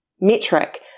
metric